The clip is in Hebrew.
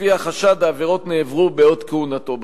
לפי החשד, העבירות נעברו בעת כהונתו בכנסת.